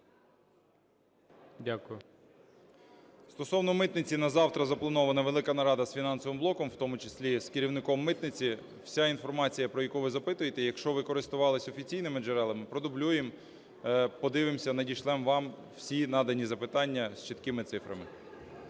Д.А. Стосовно митниці на завтра запланована велика нарада з фінансовим блоком, в тому числі з керівником митниці. Вся інформація, про яку ви запитуєте, якщо ви користувалися офіційними джерелами, продублюємо, подивимося, надішлемо вам всі надані запитання з чіткими цифрами.